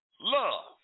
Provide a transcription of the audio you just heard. love